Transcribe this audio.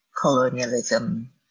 colonialism